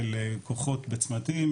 של כוחות בצמתים,